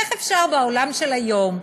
איך אפשר בעולם של היום,